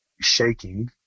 shaking